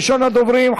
ראשון הדוברים,